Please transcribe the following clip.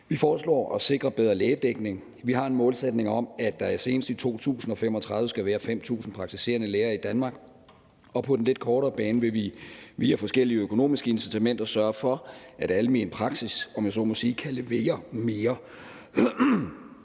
Vi foreslår at sikre bedre lægedækning. Vi har en målsætning om, at der senest i 2035 skal være 5.000 praktiserende læger i Danmark, og på den lidt kortere bane vil vi via forskellige økonomiske incitamenter sørge for, at almen praksis kan levere mere.